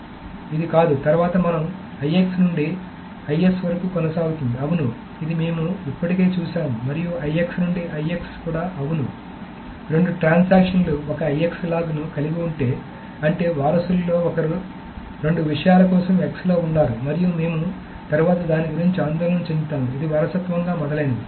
కాబట్టి ఇది కాదు తరువాత మనం IX నుండి IS వరకు కొనసాగుతుంది అవును ఇది మేము ఇప్పటికే చూశాము మరియు IX నుండి IX కూడా అవును రెండు ట్రాన్సాక్షన్ లు ఒక IX లాగ్ను కలిగి ఉంటే అంటే వారసులలో ఒకరు రెండు విషయాల కోసం X లో ఉన్నారు మరియు మేము తరువాత దాని గురించి ఆందోళన చెందుతాము ఇది వారసత్వంగా మొదలైనవి